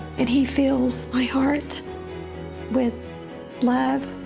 and he fills my heart with love.